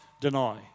deny